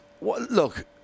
look